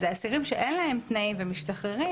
אז האסירים שאין להם תנאים ומשתחררים,